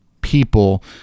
people